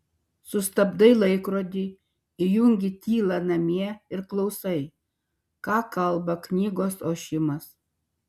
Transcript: sustabdai laikrodį įjungi tylą namie ir klausai ką kalba knygos ošimas